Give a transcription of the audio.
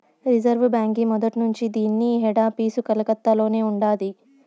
reserve బాంకీ మొదట్నుంచీ దీన్ని హెడాపీసు కలకత్తలోనే ఉండాది